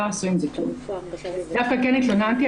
לא עשו עם זה כלום." "דווקא כן התלוננתי,